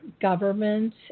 government